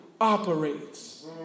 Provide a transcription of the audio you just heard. operates